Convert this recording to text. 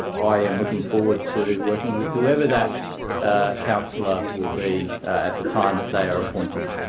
i am looking forward to working with whoever that councillor will be at the time that they are appointed.